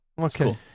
Okay